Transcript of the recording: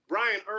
Brian